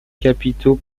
capitaux